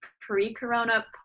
pre-corona